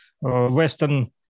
Western